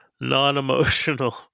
Non-emotional